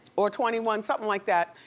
or twenty one, something like that.